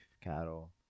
cattle